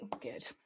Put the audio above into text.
good